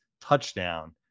touchdown